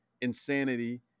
insanity